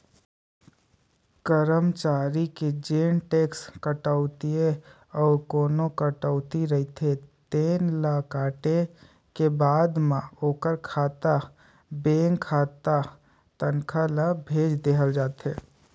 करमचारी के जेन टेक्स कटउतीए अउ कोना कटउती रहिथे तेन ल काटे के बाद म ओखर खाता बेंक खाता तनखा ल भेज देहल जाथे